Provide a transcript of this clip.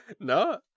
No